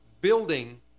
building